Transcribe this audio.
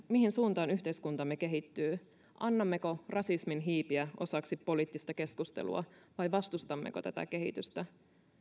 mihin suuntaan yhteiskuntamme kehittyy annammeko rasismin hiipiä osaksi poliittista keskustelua vai vastustammeko tätä kehitystä